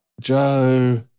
Joe